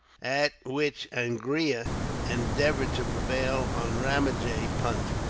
at which angria endeavoured to prevail on ramajee punt,